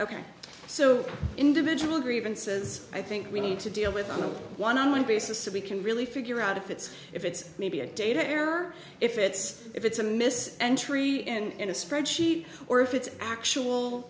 ok so individual grievances i think we need to deal with on a one on one basis if we can really figure out if it's if it's maybe a daycare or if it's if it's a miss entry and a spreadsheet or if it's actual